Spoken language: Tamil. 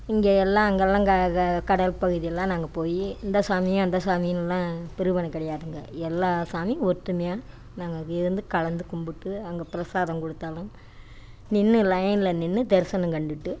இங்கே எல்லாம் அங்கெலாம் க க கடல்பகுதியெலாம் நாங்கள் போய் இந்த சாமி அந்த சாமினெலாம் பிரிவினை கிடையாதுங்க எல்லா சாமியும் ஒற்றுமையா நாங்கள் இருந்து கலந்து கும்பிட்டு அங்கே பிரசாதம் கொடுத்தாலும் நின்று லயனில் நின்று தரிசனம் கண்டுகிட்டு